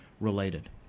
related